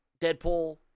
Deadpool